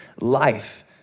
life